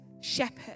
Shepherd